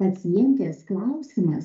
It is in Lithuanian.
pacientės klausimas